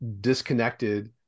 disconnected